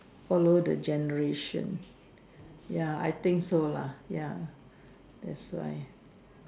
follow the generation ya I think so lah ya that's why